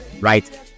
right